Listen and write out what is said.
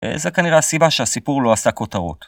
זה כנראה הסיבה שהסיפור לא עשה כותרות.